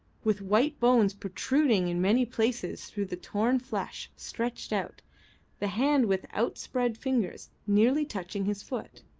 with white bones protruding in many places through the torn flesh, stretched out the hand with outspread fingers nearly touching his foot.